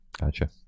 Gotcha